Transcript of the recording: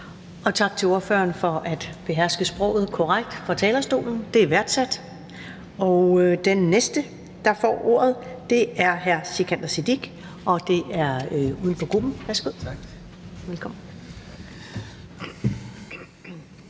Tak til ordføreren for at beherske sproget korrekt fra talerstolen. Det er værdsat. Den næste, der får ordet, er hr. Sikandar Siddique, og det er uden for grupperne. Velkommen.